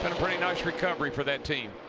a nice recovery for that team.